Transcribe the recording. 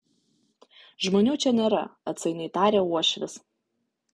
žmonių čia nėra atsainiai tarė uošvis